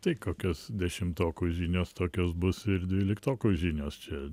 tai kokios dešimtokų žinios tokios bus ir dvyliktokų žinios čia